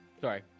Sorry